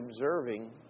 observing